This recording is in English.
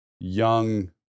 young